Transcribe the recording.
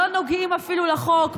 לא נוגעים אפילו לחוק.